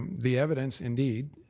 the evidence, indeed,